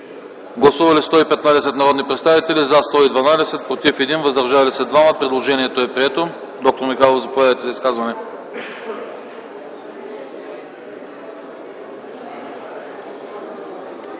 Гласували 115 народни представители: за 112, против 1, въздържали се 2. Предложението е прието. Доктор Михайлов, заповядайте за изказване.